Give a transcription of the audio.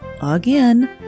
again